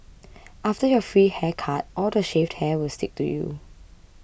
after your free haircut all the shaved hair will stick to you